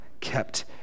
kept